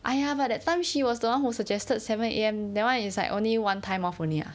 !aiya! but that time she was the one who suggested seven A_M that [one] is like only one time off only ah